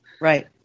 Right